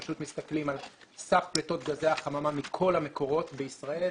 מסתכלים על סף פליטות גזי החממה מכל המקורות בישראל,